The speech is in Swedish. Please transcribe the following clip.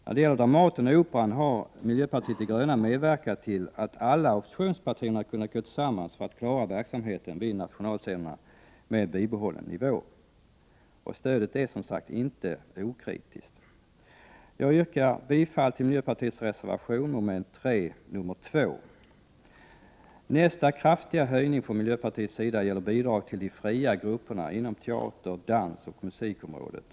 När det gäller Dramaten och Operan har vi i miljöpartiet de gröna medverkat till att alla opposionspartierna kunnat gå samman för att klara verksamheten vid de här nationalscenerna på oförändrad nivå. När det gäller stödet saknas det, som sagt, inte kritik. Jag yrkar bifall till miljöpartiets reservation 2. Nästa kraftiga höjning som vi i miljöpartiet föreslår gäller bidrag till de fria grupperna inom teater-, dansoch musikområdet.